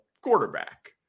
quarterback